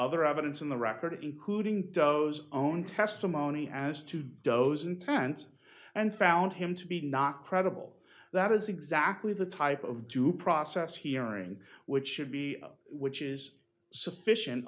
other evidence in the record including those own testimony as to those intent and found him to be not credible that is exactly the type of due process hearing which should be up which is sufficient